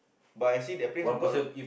but I see the place also got you know